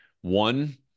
One